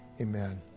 Amen